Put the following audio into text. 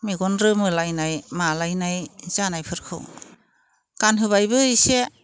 मेगन रोमोनलायनाय मालायनाय जानायफोरखौ गानहोबायबो इसे